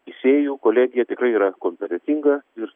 teisėjų kolegija tikrai yra kompetentinga ir